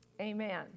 amen